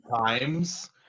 times